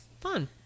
fun